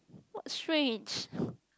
what strange